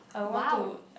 !wow!